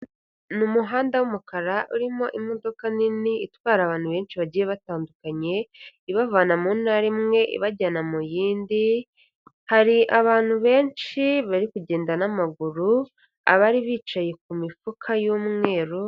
Ni umuhanda w'umukara urimo imodoka nini itwara abantu benshi bagiye batandukanye, ibavana mu ntara imwe ibajyana mu y'indi, hari abantu benshi bari kugenda n'amaguru, abari bicaye ku mifuka y'umweru.